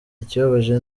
ikibabaje